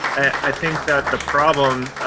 i think that the problem